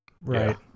Right